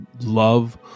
love